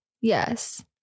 yes